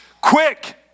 quick